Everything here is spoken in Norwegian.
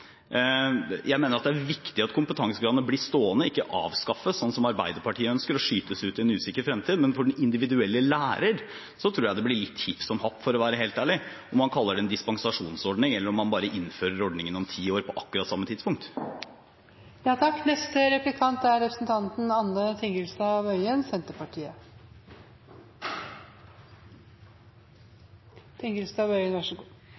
Jeg mener det er viktig at kompetansekravene blir stående – ikke avskaffet, slik Arbeiderpartiet ønsker, og skutt ut i en usikker fremtid. Men for den individuelle lærer tror jeg det blir litt hipp som happ, for å være helt ærlig, om man kaller det en dispensasjonsordning, eller om man bare innfører ordningen om ti år på akkurat samme tidspunkt. Etter dagens debatt – sjøl om den ikke er